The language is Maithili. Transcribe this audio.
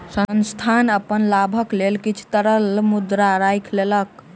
संस्थान अपन लाभक लेल किछ तरल मुद्रा राइख लेलक